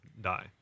die